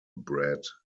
bred